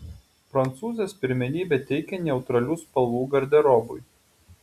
prancūzės pirmenybę teikia neutralių spalvų garderobui